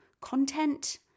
content